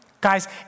Guys